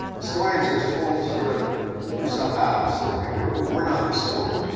historians are told to sort of keep yourself out of the story, we're not the story,